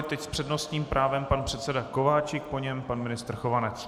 Teď s přednostním právem pan předseda Kováčik, po něm pan ministr Chovanec.